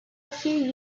few